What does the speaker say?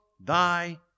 thy